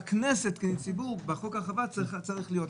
שהכנסת, כציבור, צריכה להיות.